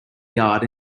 yard